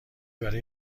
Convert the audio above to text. برای